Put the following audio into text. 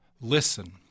listen